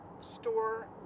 store